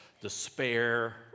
despair